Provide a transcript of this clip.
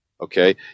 Okay